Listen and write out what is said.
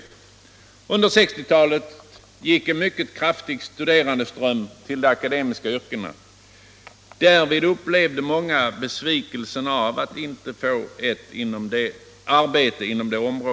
Under 1960-talet gick en mycket kraftig studerandeström till de akademiska yrkena. Därvid upplevde många besvikelsen över att inte få ett arbete inom det yrkesområde man tänkt sig.